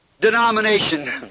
denomination